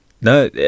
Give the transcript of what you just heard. No